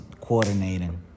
coordinating